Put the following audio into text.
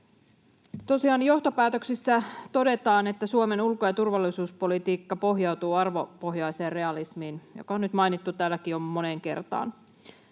johtopäätöksissä todetaan, että Suomen ulko- ja turvallisuuspolitiikka pohjautuu arvopohjaiseen realismiin, mikä on nyt mainittu täälläkin jo moneen kertaan.